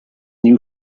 new